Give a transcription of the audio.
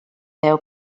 veu